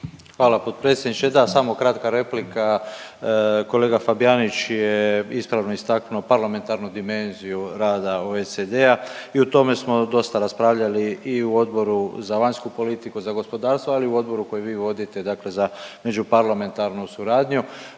Hvala potpredsjedniče. Da, samo kratka replika. Kolega Fabijanić je ispravno istaknuo parlamentarnu dimenziju rada OECD-a i o tome smo dosta raspravljali i u Odboru za vanjsku politiku, za gospodarstvo, ali i u Odboru koji vi vodite dakle za međuparlamentarnu suradnju.